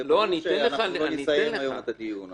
הרי ברור שאנחנו לא נסיים היום את הדיון,